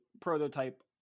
prototype